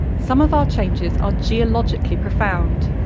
some of our changes are geologically profound,